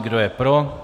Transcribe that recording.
Kdo je pro?